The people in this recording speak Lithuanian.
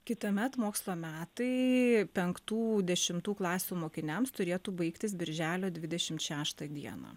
kitąmet mokslo metai penktų dešimtų klasių mokiniams turėtų baigtis birželio videšimt šeštą dieną